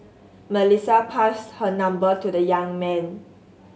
Melissa passed her number to the young man